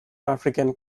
african